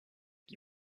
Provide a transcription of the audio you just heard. qui